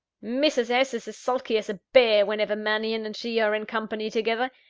mrs. s. is as sulky as a bear, whenever mannion and she are in company together.